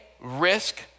risk